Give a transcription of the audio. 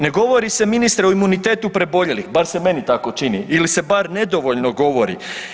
Ne govori se ministre, o imunitetu preboljelih, bar se meni tako čini ili se bar nedovoljno govori.